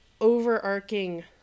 overarching